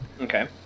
Okay